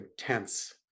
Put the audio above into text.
intense